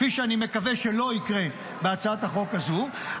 כפי שאני מקווה שלא יקרה בהצעת החוק הזו,